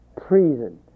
prison